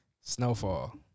Snowfall